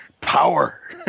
Power